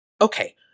Okay